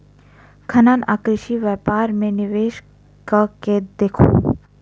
खनन आ कृषि व्यापार मे निवेश कय के देखू